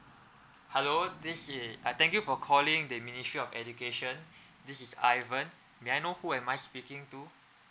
hello this is uh thank you for calling the ministry of education this is ivan may I know who am I speaking to